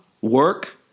work